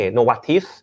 Novartis